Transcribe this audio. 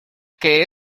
que